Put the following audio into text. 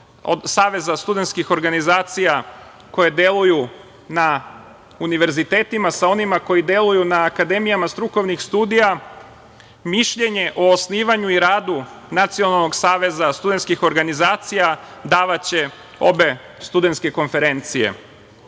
saveza studentskih organizacije koje deluje na univerzitetima sa onima koji deluju na akademijama strukovnih studija. Mišljenje o osnivanju i radu Nacionalnog saveza studentskih organizacija davaće obe studentske konferencije. Ono